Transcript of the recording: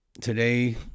today